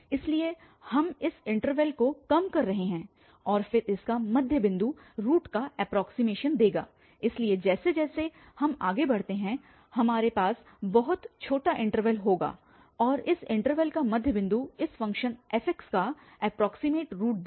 इसलिए हम इस इन्टरवल को कम कर रहे हैं और फिर इसका मध्य बिंदु रूट का एप्रोक्सीमेशन देगा इसलिए जैसे जैसे हम आगे बढ़ते हैं हमारे पास बहुत छोटा इन्टरवल होगा और फिर इस इन्टरवल का मध्य बिंदु इस फ़ंक्शन f का एप्रोक्सीमेट रूट देगा